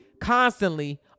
constantly